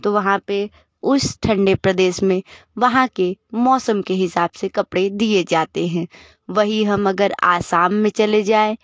तो वहाँ पे उस ठंडे प्रदेश में वहाँ के मौसम के हिसाब से कपड़े दिए जाते हैं वहीं हम अगर आसाम में चले जाएँ